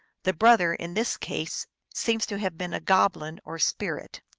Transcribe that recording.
the brother in this case seems to have been a goblin or spirit.